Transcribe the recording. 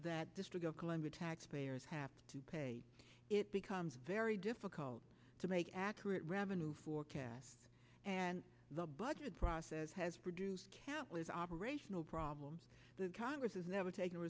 that district of columbia taxpayers have to pay it becomes very difficult to make accurate revenue forecast and the budget process has produced camp with operational problems the congress has never taken